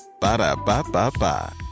Ba-da-ba-ba-ba